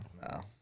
No